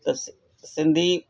त सिंधी